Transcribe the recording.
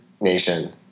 nation